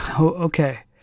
Okay